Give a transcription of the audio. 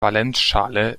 valenzschale